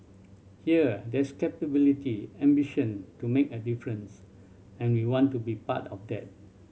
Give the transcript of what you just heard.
here there's capability ambition to make a difference and we want to be part of that